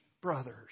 brothers